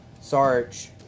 Sarge